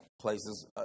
places